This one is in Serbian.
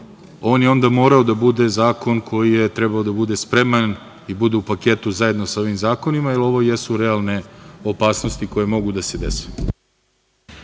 on je onda morao da bude zakon koji je trebalo da bude spreman i bude u paketu zajedno sa ovim zakonima, jer ovo jesu realne opasnosti koje mogu da se dese.